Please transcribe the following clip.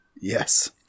Yes